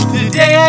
Today